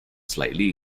slightly